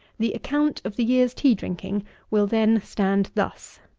the account of the year's tea drinking will then stand thus